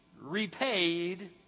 repaid